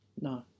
No